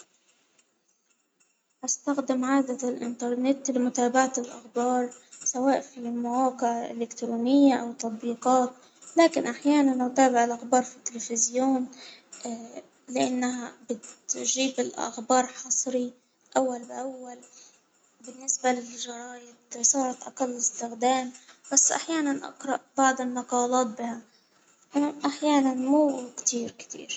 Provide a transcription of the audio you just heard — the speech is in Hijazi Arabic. هستخدم عادة الانترنت لمتابعة الأخبار سواء في المواقع الإلكترونية، أوالتطبيقات لكن أحيانا أتابع الأخبار في التليفزيون لأنها بتجيب الأخبار حصري أول بأول بالنسبة للجرايد أقل إستخدام، بس أحيانا أقرأ بعض المقالات بها، أنا أحيانا مو كتير- كتير.